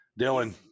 Dylan